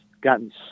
gotten